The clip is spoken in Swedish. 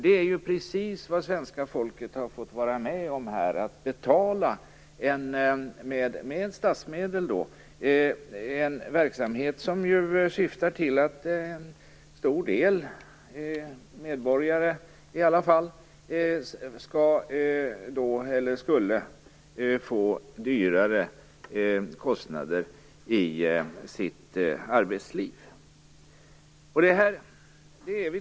Det är ju precis vad svenska folket har fått vara med om här - att med statsmedel betala en verksamhet som syftar till att en stor del av medborgarna skulle få högre kostnader i sitt arbetsliv.